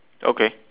okay